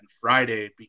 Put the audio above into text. Friday